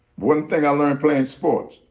one thing i learned playing sports.